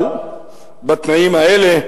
אבל בתנאים האלה